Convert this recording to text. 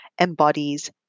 embodies